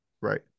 Right